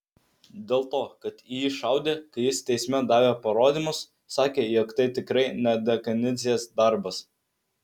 dėl to kad į jį šaudė kai jis teisme davė parodymus sakė jog tai tikrai ne dekanidzės darbas